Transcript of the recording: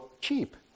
cheap